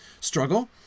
struggle